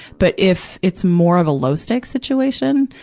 but if it's more of a low-stakes situation,